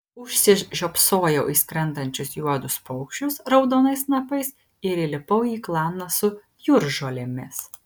užsižiopsojau į skrendančius juodus paukščius raudonais snapais ir įlipau į klaną su jūržolėmis